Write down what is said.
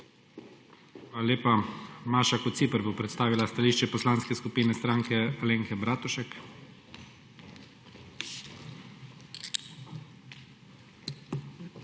Hvala lepa. Maša Kociper bo predstavila stališče Poslanske skupine Stranke Alenke Bratušek. MAŠA